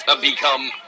become